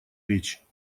речь